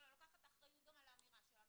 אני לוקחת אחריות גם על האמירה שלנו,